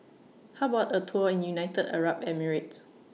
How about A Tour in United Arab Emirates